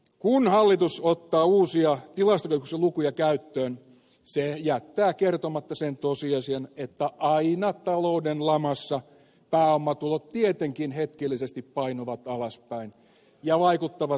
kun hallitus ottaa uusia tilastokeskuksen lukuja käyttöön se jättää kertomatta sen tosiasian että aina talouden lamassa pääomatulot tietenkin hetkellisesti painuvat alaspäin ja vaikuttavat tilastoissa